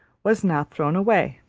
was not thrown away.